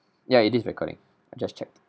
ya it is recording just checked